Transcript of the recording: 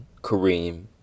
Kareem